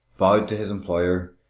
bowed to his employer,